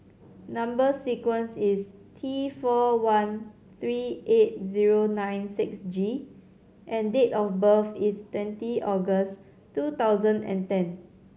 number sequence is T four one three eight zero nine six G and date of birth is twenty August two thousand and ten